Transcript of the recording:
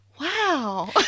Wow